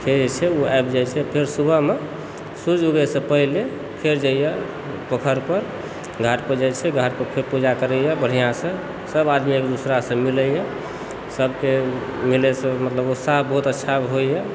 फेर जे छै ओ आबि जाइ छै फेर सुबहमे सूर्य उगयसे पहिले फेर जाइए पोखरि पर घाट पर जाइ छै घाट पर फेर पूजा करइए बढ़िआँसे सभ आदमी एक दूसरासे मिलयए सभकेँ मिलय से मतलब ओ शाम बहुत अच्छा होइए